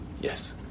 Yes